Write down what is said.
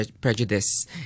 prejudice